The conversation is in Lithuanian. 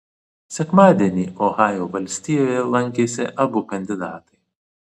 sekmadienį ohajo valstijoje lankėsi abu kandidatai